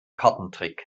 kartentrick